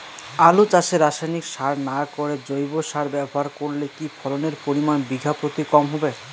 আলু চাষে রাসায়নিক সার না করে জৈব সার ব্যবহার করলে কি ফলনের পরিমান বিঘা প্রতি কম হবে?